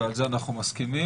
ועל זה אנחנו מסכימים.